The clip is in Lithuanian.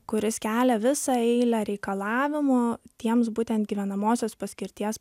kuris kelia visą eilę reikalavimų tiems būtent gyvenamosios paskirties